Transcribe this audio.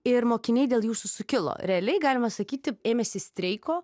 ir mokiniai dėl jūsų sukilo realiai galima sakyti ėmėsi streiko